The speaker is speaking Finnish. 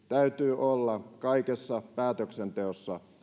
täytyy olla kaikessa päätöksenteossa